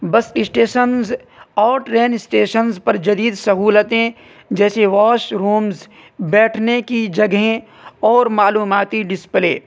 بس اسٹیشنز اور train stations پر جدید سہولتیں جیسے واش رومز بیٹھنے کی جگہیں اور معلوماتی ڈسپلے